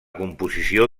composició